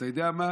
ואתה יודע מה?